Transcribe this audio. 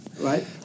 Right